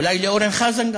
אולי גם לאורן חזן.